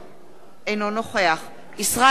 אינו נוכח ישראל חסון,